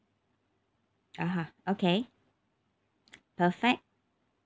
(uh huh) okay perfect